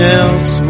else